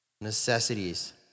Necessities